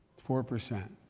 four percent.